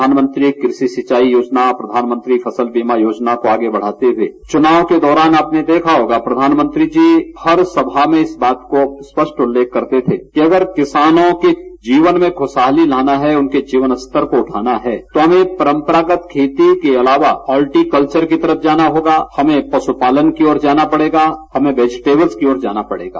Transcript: प्रधानमंत्री कृषि सिंचाई योजना प्रधानमंत्री फसल बीमा योजना को आगे बढ़ाते हुए चुनाव के दौरान आपने देखा होगा प्रधानमंत्री जी हर सभा में इस बात का स्पष्ट उल्लेख करते थे कि अगर किसानों के जीवन में खुशहाली लाना है उनके जीवन स्तर को उठाना है तो हमें एक परम्परागत खेती के अलावा अल्टीकल्वर की तरफ जाना होगा हमें पशुपालन की ओर जाना पड़ेगा हमें वेजिटेबल की ओर जाना पड़ेगा